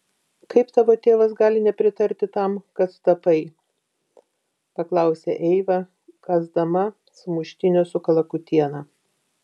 kaip tavo tėvas gali nepritarti tam kad tapai paklausė eiva kąsdama sumuštinio su kalakutiena